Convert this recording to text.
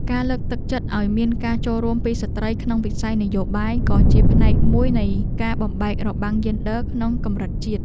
ការលើកទឹកចិត្តឱ្យមានការចូលរួមពីស្ត្រីក្នុងវិស័យនយោបាយក៏ជាផ្នែកមួយនៃការបំបែករបាំងយេនឌ័រក្នុងកម្រិតជាតិ។